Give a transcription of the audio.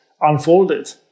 unfolded